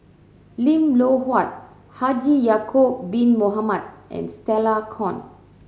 Lim Loh Huat Haji Ya'acob Bin Mohamed and Stella Kon